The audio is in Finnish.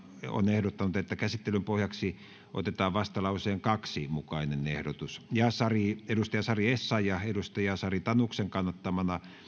ehdottanut että käsittelyn pohjaksi otetaan vastalauseen kahden mukainen ehdotus ja sari essayah sari tanuksen kannattamana